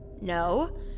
No